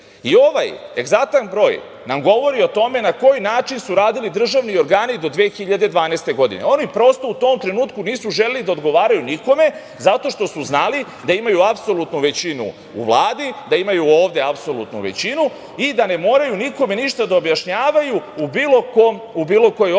5.021.Ovaj egzaktan broj nam govori o tome na koji način su radili državni organi do 2012. godine. Oni prosto u tom trenutku nisu želeli da odgovaraju nikome zato što su znali da imaju apsolutnu većinu u Vladi, da imaju ovde apsolutnu većinu i da ne moraju nikome ništa da objašnjavaju u bilo kojoj oblasti, u